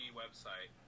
website